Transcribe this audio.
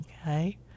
okay